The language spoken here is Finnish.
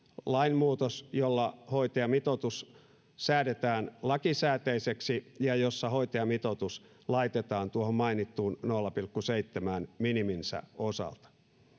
lainmuutos jolla hoitajamitoitus säädetään lakisääteiseksi ja jossa hoitajamitoitus laitetaan tuohon mainittuun nolla pilkku seitsemään miniminsä osalta